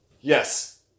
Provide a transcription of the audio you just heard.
Yes